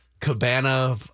Cabana